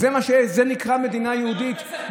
זה נקרא מדינה יהודית?